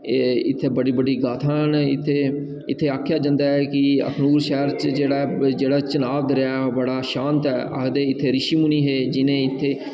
इत्थै बड़ी बड़ी गाथा न इत्थै आखेआ जंदा ऐ कि अखनूर शैह्र च जेह्ड़ा जेह्ड़ा चन्हां दरेआ ऐ ओह् बड़ा शांत ऐ आखदे इत्थै रिशी मुनि हे जि'नें इत्थै